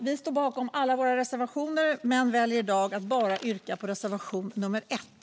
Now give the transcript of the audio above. Vi står bakom alla våra reservationer men väljer i dag att bara yrka bifall till reservation nummer 1.